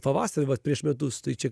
pavasarį vat prieš metus tai čia